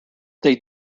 they